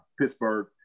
Pittsburgh